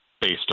based